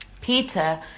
Peter